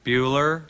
Bueller